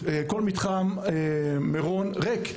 מירון ריק.